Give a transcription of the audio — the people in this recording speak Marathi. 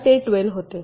तर ते 12 होते